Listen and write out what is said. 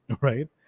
right